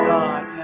God